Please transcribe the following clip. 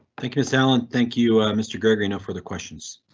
thank you sal and thank you, mr gregory. no further questions.